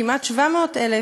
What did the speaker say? כמעט 700,000